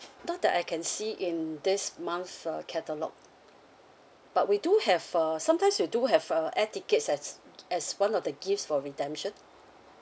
not that I can see in this month's uh catalogue but we do have uh sometimes we do have uh air tickets as as one of the gifts for redemption